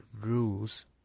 rules